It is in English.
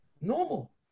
normal